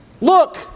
Look